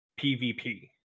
PvP